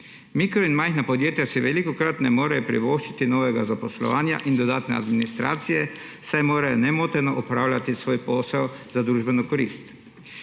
Mikro- in majhna podjetja si velikokrat ne morejo privoščiti novega zaposlovanja in dodatne administracije, saj morajo nemoteno opravljati svoj posel za družbeno koristi.